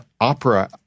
opera